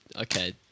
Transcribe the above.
Okay